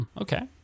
okay